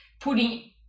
putting